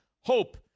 hope